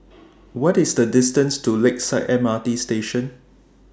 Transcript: What IS The distance to Lakeside M R T Station